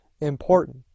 important